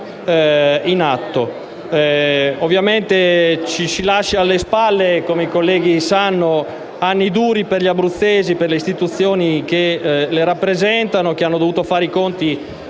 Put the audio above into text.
in atto. Ci lasciamo alle spalle, come i colleghi sanno, anni duri per gli abruzzesi e per le istituzioni che li rappresentano, che hanno dovuto fare i conti